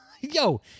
Yo